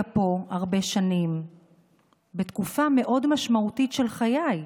פה הרבה שנים בתקופה מאוד משמעותית של חייה,